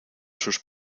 sus